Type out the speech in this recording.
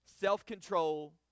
Self-control